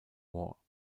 war